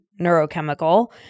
neurochemical